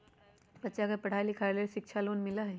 बच्चा के पढ़ाई के लेर शिक्षा लोन मिलहई?